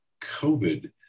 COVID